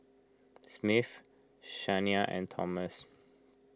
Smith Shania and Thomas